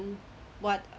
what